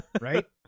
Right